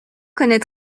connaît